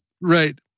Right